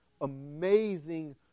amazing